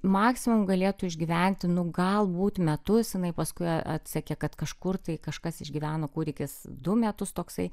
maksimum galėtų išgyventi galbūt metus jinai paskui atsekė kad kažkur tai kažkas išgyveno kūdikis du metus toksai